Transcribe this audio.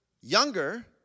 younger